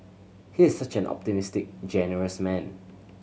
he is such an optimistic generous man